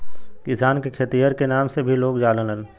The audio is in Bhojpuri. किसान के खेतिहर के नाम से भी लोग जानलन